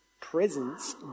presence